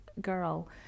girl